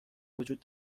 وجود